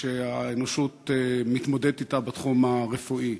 שהאנושות מתמודדת אתן בתחום הרפואי.